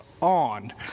on